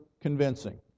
convincing